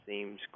seems